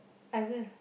I will